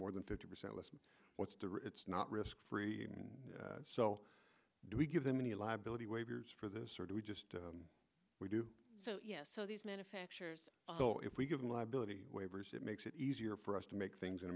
more than fifty percent less it's not risk free and so do we give them any liability waivers for this or do we just we do so yes so these manufacturers will if we give them liability waivers it makes it easier for us to make things in